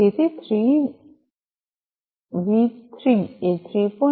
તેથી 3V3 એ 3